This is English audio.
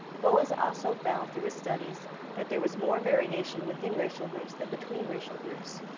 boas also found through his studies that there was more variation within racial groups than between racial groups.